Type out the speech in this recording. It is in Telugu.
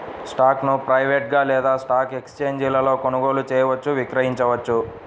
స్టాక్ను ప్రైవేట్గా లేదా స్టాక్ ఎక్స్ఛేంజీలలో కొనుగోలు చేయవచ్చు, విక్రయించవచ్చు